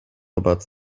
about